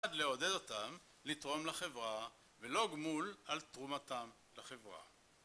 לעודד אותם לתרום לחברה ללא גמול על תרומתם לחברה